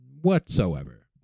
Whatsoever